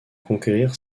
conquérir